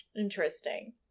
Interesting